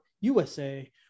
USA